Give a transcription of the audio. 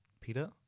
Peter